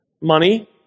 Money